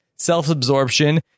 self-absorption